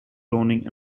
cloning